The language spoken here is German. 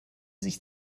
sich